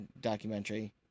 documentary